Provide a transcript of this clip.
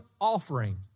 offering